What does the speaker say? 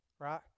right